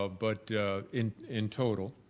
ah but in in total.